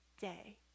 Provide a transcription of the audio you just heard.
day